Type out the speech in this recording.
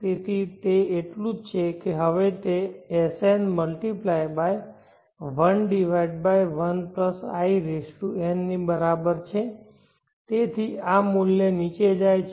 તેથી તે એટલું જ છે કે તે હવે Sn11in ની બરાબર છે તેથી આ નીચે જાય છે